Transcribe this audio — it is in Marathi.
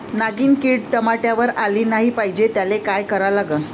नागिन किड टमाट्यावर आली नाही पाहिजे त्याले काय करा लागन?